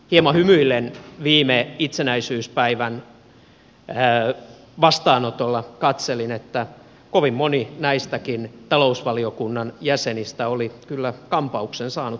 hieman hymyillen viime itsenäisyyspäivän vastaanotolla katselin että kovin moni näistäkin talousvaliokunnan jäsenistä oli kyllä kampauksen saanut kohdalleen